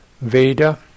Veda